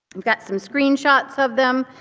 we've got some screenshots of them.